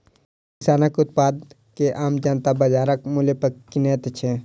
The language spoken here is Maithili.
किसानक उत्पाद के आम जनता बाजारक मूल्य पर किनैत छै